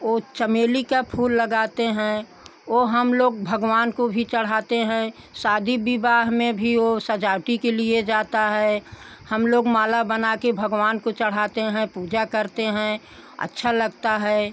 और चमेली का फूल लगाते हैं वह हम लोग भगवान को भी चढ़ाते हैं शादी विवाह में भी वह सजावटी के लिए जाता है हम लोग माला बना कर भगवान को चढ़ाते हैं पूजा करते हैं अच्छा लगता है